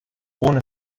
ohne